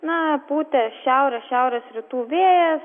na pūtė šiaurės šiaurės rytų vėjas